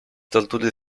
tortury